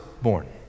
born